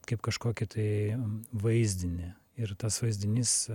kaip kažkokį tai vaizdinį ir tas vaizdinys